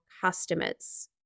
customers